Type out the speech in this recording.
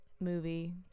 Movie